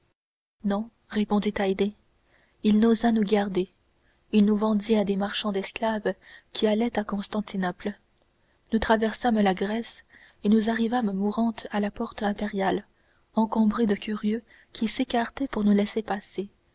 non répondit haydée il n'osa nous garder il nous vendit à des marchands d'esclaves qui allaient à constantinople nous traversâmes la grèce et nous arrivâmes mourantes à la porte impériale encombrée de curieux qui s'écartaient pour nous laisser passer